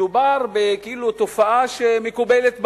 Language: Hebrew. מדובר בכאילו תופעה שמקובלת בעולם.